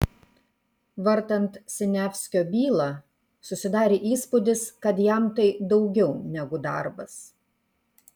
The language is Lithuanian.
vartant siniavskio bylą susidarė įspūdis kad jam tai daugiau negu darbas